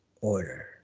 order